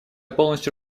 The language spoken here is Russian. полностью